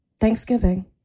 thanksgiving